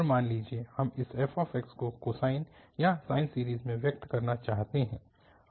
और मान लीजिए हम इस f को कोसाइन या साइन सीरीज़ में व्यक्त करना चाहते हैं